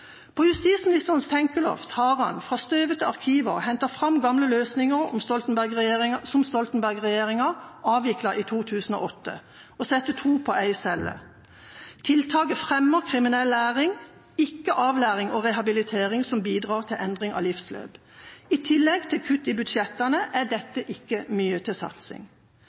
På tenkeloftet har justisministeren, fra støvete arkiver, hentet fram gamle løsninger som Stoltenberg-regjeringa avviklet i 2008: å sette to på én celle. Tiltaket fremmer kriminell læring, ikke avlæring og rehabilitering, som bidrar til endring av livsløp. I tillegg til kutt i budsjettene er ikke dette mye til satsing.